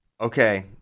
Okay